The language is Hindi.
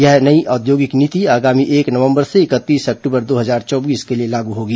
यह नई औद्योगिक नीति आगामी एक नवंबर से इकतीस अक्टूबर दो हजार चौबीस के लिए लागू होगी